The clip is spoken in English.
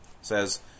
says